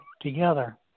together